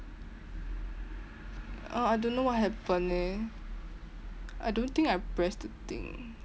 err I don't know what happen eh I don't think I press the thing